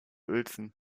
uelzen